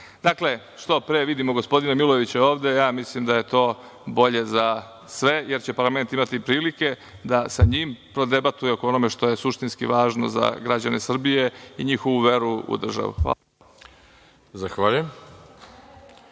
što pre vidimo gospodina Milojevića ovde, mislim da je to bolje za sve, jer će parlament imati prilike da sa njim prodebatuje oko onoga što je suštinski važno za građane Srbije i njihovu veru u državu. Hvala.